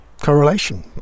correlation